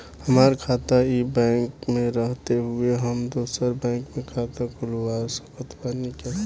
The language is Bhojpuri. हमार खाता ई बैंक मे रहते हुये हम दोसर बैंक मे खाता खुलवा सकत बानी की ना?